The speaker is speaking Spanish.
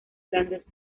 grandes